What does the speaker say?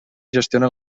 gestiona